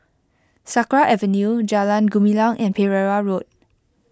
Sakra Avenue Jalan Gumilang and Pereira Road